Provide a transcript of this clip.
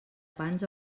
pans